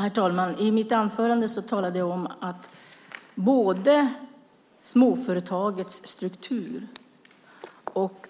Herr talman! I mitt anförande talade jag om att det